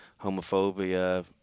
homophobia